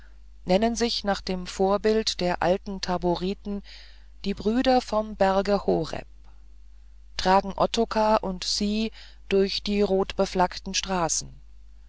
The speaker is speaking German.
nennen sich nach dem vorbild der alten taboriten die brüder vom berge horeb tragen ottokar und sie durch die rotbeflaggten straßen